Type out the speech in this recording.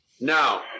Now